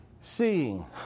seeing